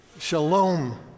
Shalom